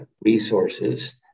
resources